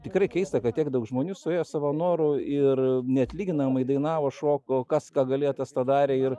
tikrai keista kad tiek daug žmonių suėjo savo noru ir neatlyginamai dainavo šoko kas ką galėjo tas tą darė ir